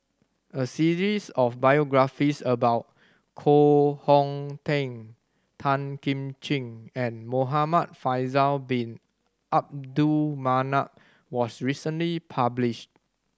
a series of biographies about Koh Hong Teng Tan Kim Ching and Muhamad Faisal Bin Abdul Manap was recently published